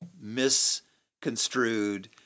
misconstrued